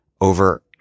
over